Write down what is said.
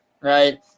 right